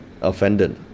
Offended